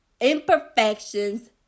imperfections